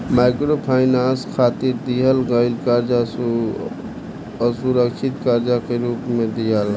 microfinance खातिर दिहल गईल कर्जा असुरक्षित कर्जा के रूप में दियाला